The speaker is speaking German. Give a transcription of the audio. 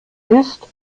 ist